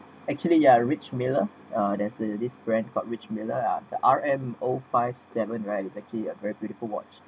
actually ya rich-miller uh there's this brand called rich-miller are the R_M_O five seven right is actually a very beautiful watch